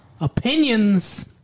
Opinions